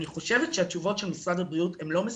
אני חושבת שהתשובות של משרד הבריאות הן לא מספקות.